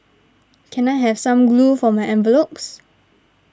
can I have some glue for my envelopes